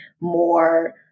more